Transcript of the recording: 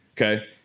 okay